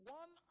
one